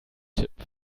tipp